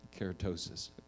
keratosis